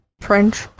French